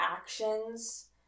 actions